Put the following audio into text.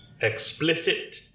Explicit